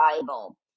Bible